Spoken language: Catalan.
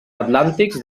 atlàntics